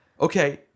okay